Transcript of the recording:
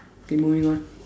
okay moving on